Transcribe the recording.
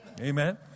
Amen